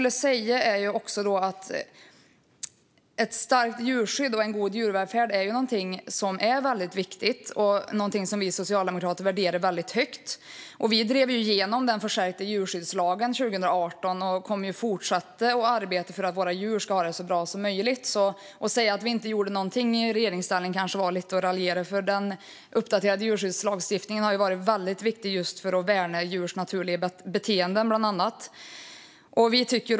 Ett starkt djurskydd och en god djurvälfärd är väldigt viktigt. Det är någonting som vi socialdemokrater värderar väldigt högt. Vi drev igenom den förstärkta djurskyddslagen 2018. Vi kommer att fortsätta att arbeta för att våra djur ska ha det så bra som möjligt. Att säga att vi inte gjorde någonting i regeringsställning kanske var att raljera lite. Den uppdaterade djurskyddslagstiftningen har varit väldigt viktig för att bland annat värna djurs naturliga beteenden.